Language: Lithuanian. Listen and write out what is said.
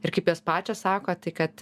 ir kaip jos pačios sako tai kad